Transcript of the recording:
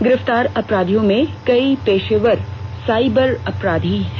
गिरफ्तार अपराधियों में कई पेशेवर साइबर अपराधी हैं